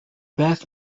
beth